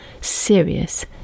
serious